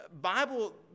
Bible